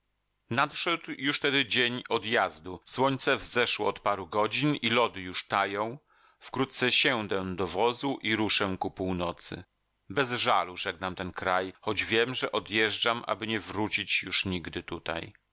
nadszedł już tedy dzień odjazdu słońce wzeszło od paru godzin i lody już tają wkrótce siędę do wozu i ruszę ku północy bez żalu żegnam ten kraj choć wiem że odjeżdżam aby nie wrócić już nigdy tutaj